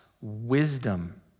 wisdom